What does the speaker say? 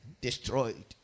destroyed